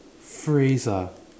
phrase ah